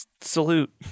Salute